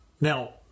Now